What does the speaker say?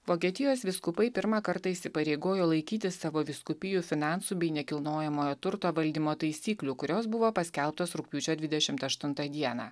vokietijos vyskupai pirmą kartą įsipareigojo laikytis savo vyskupijų finansų bei nekilnojamojo turto valdymo taisyklių kurios buvo paskelbtos rugpjūčio dvidešimt aštuntą dieną